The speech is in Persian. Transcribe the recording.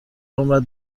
عمرت